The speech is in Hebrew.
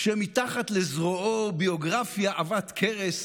כשמתחת לזרועו ביוגרפיה עבת כרס